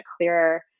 clearer